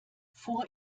vor